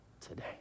today